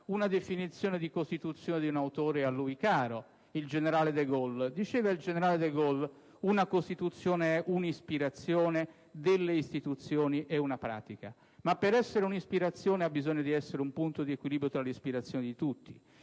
la definizione di Costituzione di un autore a lui caro: il generale De Gaulle. Diceva il generale De Gaulle: «Una Costituzione è un'ispirazione, delle istituzioni, una pratica». Ma per essere un'ispirazione ha bisogno di essere un punto di equilibrio tra le ispirazioni di tutti;